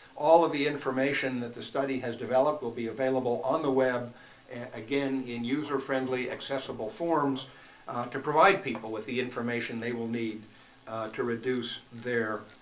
all of the information that the study has developed will be available on the web again in user-friendly, accessible forms to provide people with the information they will need to reduce their